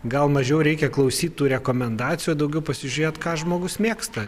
gal mažiau reikia klausyt tų rekomendacijų o daugiau pasižiūrėt ką žmogus mėgsta